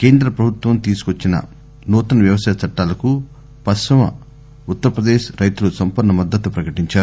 కేంద్ర ప్రభుత్వం తేసుకోచ్చిన నూతన వ్యవసాయ చట్టాలకు పశ్చిమ ఉత్తర ప్రదేశ్ రైతులు సంపూర్ణ మద్దతు ప్రకటించారు